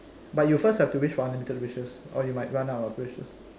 but you first have to wish for unlimited wishes or you might run out of wishes